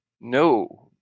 no